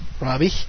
Robbie